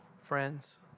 friends